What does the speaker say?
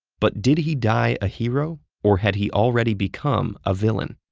but did he die a hero or had he already become a villain?